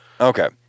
Okay